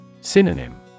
Synonym